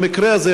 במקרה הזה,